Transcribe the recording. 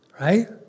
right